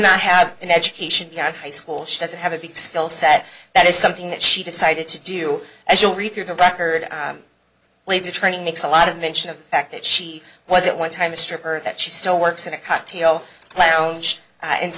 not have an education beyond high school she doesn't have a big skill set that is something that she decided to do as you'll recall to record later training makes a lot of mention of fact that she was at one time a stripper that she still works in a cocktail lounge and